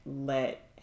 let